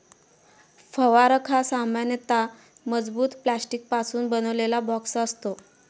फवारक हा सामान्यतः मजबूत प्लास्टिकपासून बनवलेला बॉक्स असतो